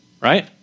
right